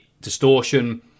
distortion